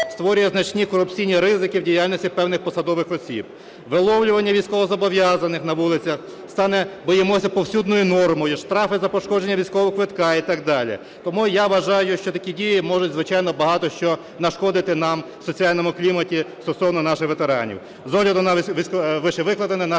створює значні корупційні ризики в діяльності певних посадових осіб. Виловлювання військовозобов'язаних на вулицях стане, боїмося, повсюдною нормою. Штрафи за пошкодження військового квитка і так далі. Тому я вважаю, що такі дії можуть, звичайно, багато що нашкодити нам в соціальному кліматі стосовно наших ветеранів. З огляду на вищевикладене, наша